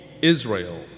Israel